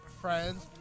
friends